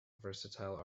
versatile